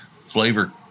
flavor